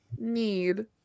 need